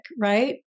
right